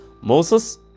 Moses